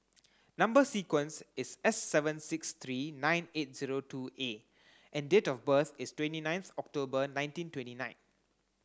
number sequence is S seven six three nine eight zero two A and date of birth is twenty ninth October nineteen twenty nine